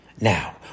Now